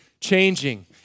changing